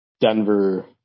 Denver